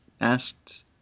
asked